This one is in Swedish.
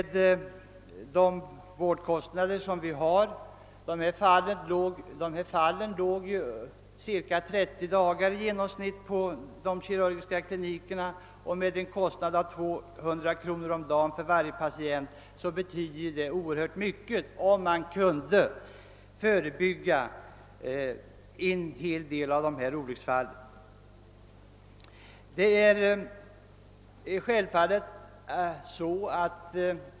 De skadade vårdades i genomsnitt cirka 30 dagar på de kirurgiska klinikerna, och eftersom varje patient kostar 200 kronor om dagen, skulle det betyda oerhört mycket om en del av olycksfallen kunde förebyggas.